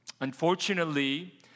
Unfortunately